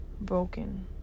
broken